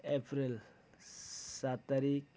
अप्रेल सात तारिक